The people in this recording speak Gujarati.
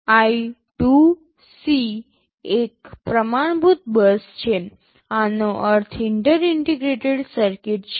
I2C એક પ્રમાણભૂત બસ છે આનો અર્થ ઇન્ટર ઇન્ટિગ્રેટેડ સર્કિટ છે